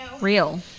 real